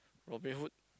Robin-Hood